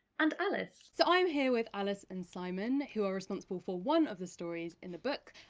and alice. so i'm here with alice and simon, who are responsible for one of the stories in the book.